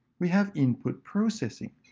we have input processing.